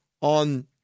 on